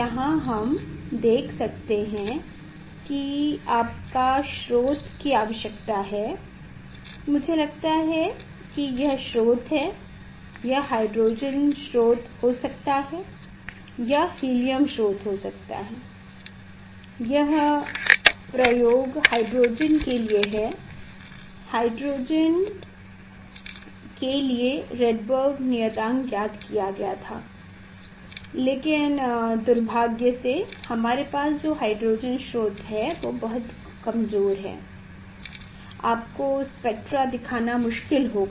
यहाँ आप देख सकते हैं कि आपको स्रोत की आवश्यकता है मुझे लगता है कि यह स्रोत है यह हाइड्रोजन स्रोत हो सकता है या हीलियम स्रोत हो सकता है यह प्रयोग हाइड्रोजन के लिए है हाइड्रोजन के लिए रेडबर्ग नियतांक ज्ञात किया गया था लेकिन दुर्भाग्य से हमारे पास जो हाइड्रोजन स्रोत है वह बहुत कमजोर है आपको स्पेक्ट्रा दिखाना मुश्किल होगा